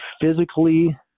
physically